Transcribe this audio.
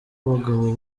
abagabo